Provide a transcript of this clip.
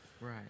Right